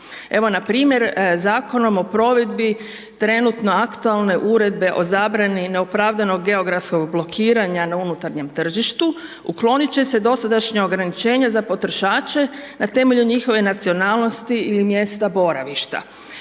Evo npr. Zakonom o provedbi trenutno aktualne uredbe o zabrani neopravdanog geografskog blokiranja na unutarnjem tržištu, uklonit će se dosadašnje ograničenje za potrošače na temelju njihove nacionalnosti ili mjesta boravišta.